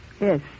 Yes